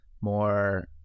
more